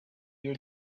your